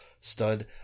stud